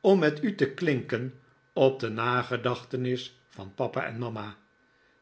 om met u te klinken op de nagedachtenis van papa en mania